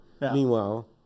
meanwhile